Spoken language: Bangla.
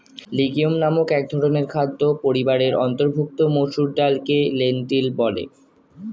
লিগিউম নামক একধরনের খাদ্য পরিবারের অন্তর্ভুক্ত মসুর ডালকে লেন্টিল বলে